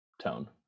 tone